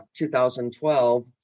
2012